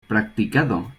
practicado